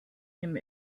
him